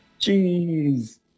Jeez